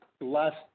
last